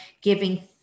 giving